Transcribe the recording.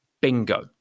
bingo